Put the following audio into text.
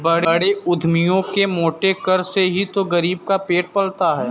बड़े उद्यमियों के मोटे कर से ही तो गरीब का पेट पलता है